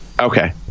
Okay